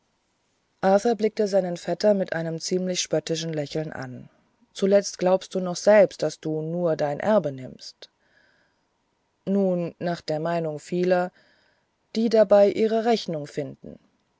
blickte seinen vetter mit einem ziemlich spöttischen lächeln an zuletzt glaubst du noch selber daß du nur dein erbe nimmst nun nach der meinung vieler die dabei ihre rechnung finden